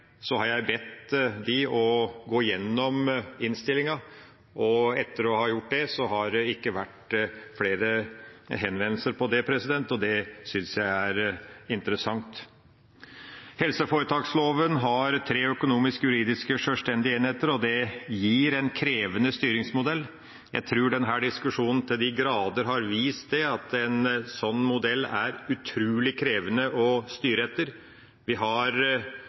har jeg bedt dem gå igjennom innstillinga, og etter at man har gjort det, har det ikke vært flere henvendelser om det, og det synes jeg er interessant. Helseforetaksloven har tre økonomisk og juridisk sjølstendige enheter, og det gir en krevende styringsmodell. Jeg tror denne diskusjonen til de grader har vist at en slik modell er utrolig krevende å styre etter. Vi har